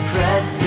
Press